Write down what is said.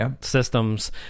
systems